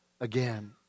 again